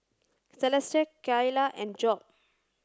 Celeste Kylah and Jobe